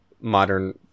modern